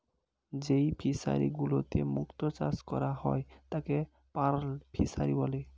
যেই ফিশারি গুলিতে মুক্ত চাষ করা হয় তাকে পার্ল ফিসারী বলে